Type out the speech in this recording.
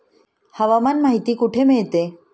हवामान माहिती कुठे मिळते?